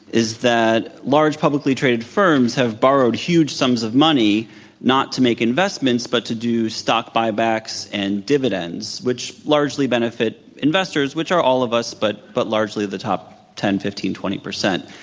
is that large publicly traded firms have borrowed huge sums of money not to make investment but to do stock buybacks and dividends, which largely benefit investors, which are all of us, but but largely the top ten, fifteen, twenty percent.